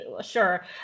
sure